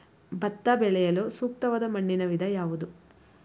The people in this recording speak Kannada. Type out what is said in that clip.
ಭತ್ತ ಬೆಳೆಯಲು ಸೂಕ್ತವಾದ ಮಣ್ಣಿನ ವಿಧ ಯಾವುದು?